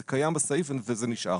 זה קיים בסעיף וזה נשאר.